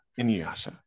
Inuyasha